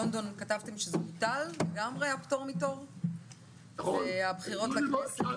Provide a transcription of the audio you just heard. בלונדון כתבתם שבוטל לגמרי הפטור מתור והבחירות לכנסת,